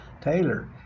Taylor